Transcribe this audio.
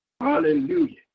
Hallelujah